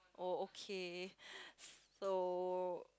oh okay so